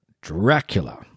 Dracula